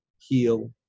heal